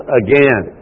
again